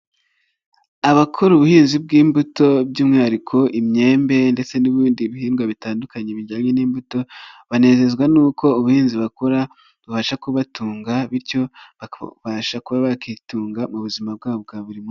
Abakora ubuhinzi bw'imbuto by'umwihariko imyembe ndetse n'ibindi bihingwa bitandukanye bijyanye n'imbuto ,banezezwa n'uko ubuhinzi bakora bubasha kubatunga bityo bakasha kuba bakitunga mu buzima bwabo bwa buri munsi.